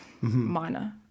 minor